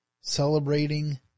celebrating